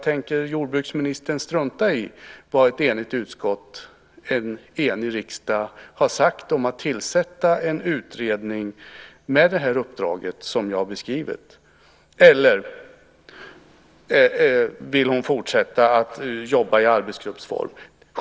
Tänker jordbruksministern strunta i vad ett enigt utskott och en enig riksdag har sagt om att tillsätta en utredning med det uppdrag som jag har beskrivit? Eller vill hon fortsätta att jobba i arbetsgruppsform?